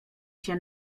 się